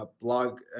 blog